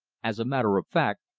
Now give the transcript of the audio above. as a matter of fact,